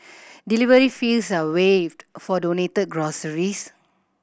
delivery fees are waived for donated groceries